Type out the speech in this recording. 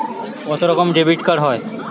কত রকমের ডেবিটকার্ড হয়?